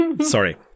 Sorry